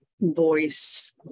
voice